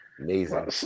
Amazing